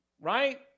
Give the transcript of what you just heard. Right